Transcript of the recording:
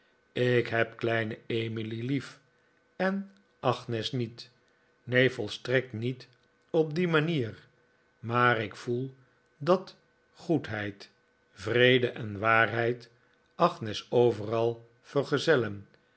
ik neb kleine emily lief en agnes niet neen volstrekt niet op die manier maar ik voel dat goedheid vrede en waarheid agnes overal vergezellen